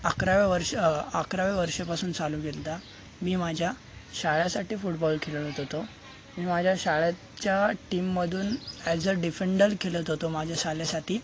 अकराव्या वर्ष अकराव्या वर्षीपासून चालू केला होता मी माझ्या शाळेसाठी फुटबॉल खेळत होतो मी माझ्या शाळेच्या टीममधून ॲज अ डिफेंडल खेळत होतो माझ्या शाळेसाठी